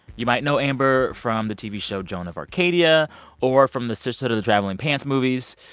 you might know amber from the tv show joan of arcadia or from the sisterhood of the traveling pants movies.